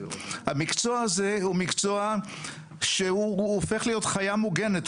המקצוע הזה הוא מקצוע שהופך להיות חיה מוגנת,